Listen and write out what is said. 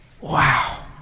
Wow